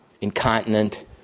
incontinent